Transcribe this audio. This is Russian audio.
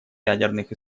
ядерных